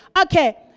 Okay